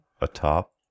atop